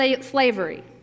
slavery